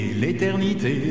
l'éternité